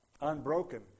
Unbroken